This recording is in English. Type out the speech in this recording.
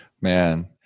man